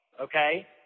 Okay